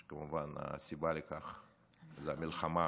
כמובן, הסיבה לכך היא המלחמה